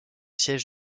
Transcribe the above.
siège